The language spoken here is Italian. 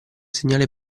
segnale